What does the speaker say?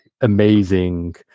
amazing